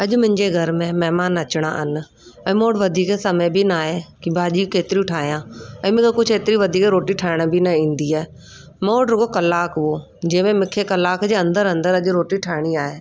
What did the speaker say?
अॼु मुंहिंजे घर में महिमान अचिणा आहिनि ऐं मूं वटि वधीक समय बि न आहे की भाॼी केतिरियूं ठाहियां ऐं मूंखे एतिरी कुझु वधीक रोटी ठाहिण बि न ईंदी आहे मूं वटि रुॻो कलाकु हुओ जंहिं में मूंखे कलाक जे अंदरि अंदरि अॼु रोटी ठाहिणी आहे